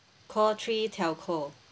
call three telco